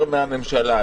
יותר מהממשלה,